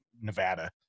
Nevada